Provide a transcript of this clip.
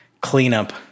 cleanup